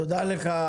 תודה לך,